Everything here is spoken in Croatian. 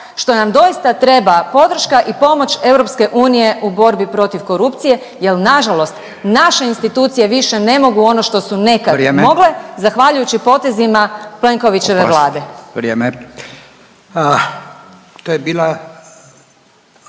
što nam doista treba podrška i pomoć EU u borbi protiv korupcije jer nažalost naše institucije više ne mogu ono što su nekad mogle … …/Upadica Furio Radin: